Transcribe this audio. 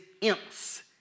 imps